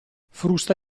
frusta